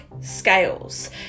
scales